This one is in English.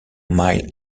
mile